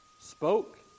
spoke